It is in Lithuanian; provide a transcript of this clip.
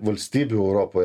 valstybių europoj